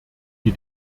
die